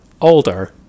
older